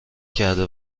کرده